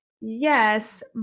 Yes